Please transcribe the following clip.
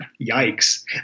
Yikes